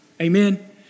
Amen